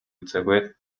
үзээгүй